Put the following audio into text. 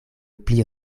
pli